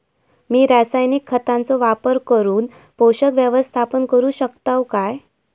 मी रासायनिक खतांचो वापर करून पोषक व्यवस्थापन करू शकताव काय?